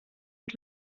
mit